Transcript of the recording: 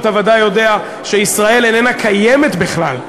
אתה ודאי יודע שישראל איננה קיימת בכלל.